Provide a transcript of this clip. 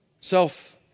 Self